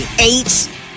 Eight